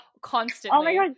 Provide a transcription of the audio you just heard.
constantly